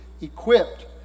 equipped